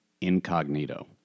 Incognito